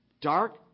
Dark